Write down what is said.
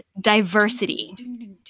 diversity